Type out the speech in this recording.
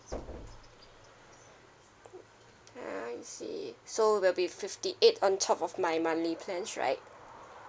I see so will be fifty eight on top of my monthly plans right